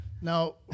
Now